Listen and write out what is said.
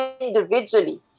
individually